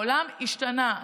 העולם השתנה,